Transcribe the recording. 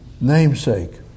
namesake